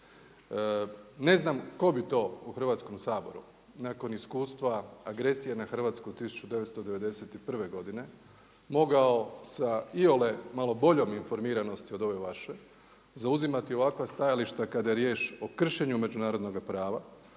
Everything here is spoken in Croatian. Ne znam tko bi to u Hrvatskom saboru nakon iskustva agresije na Hrvatsku 1991. godine mogao sa iole malo boljom informiranosti od ove vaše zauzimati ovakva stajališta kada je riječ o kršenju međunarodnoga prava,